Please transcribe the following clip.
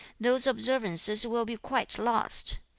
those observances will be quite lost.